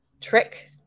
trick